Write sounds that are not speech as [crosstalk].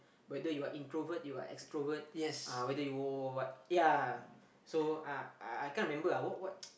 whether you are introvert you are extrovert ah whether you what ya so uh I I can't remember ah what what [noise]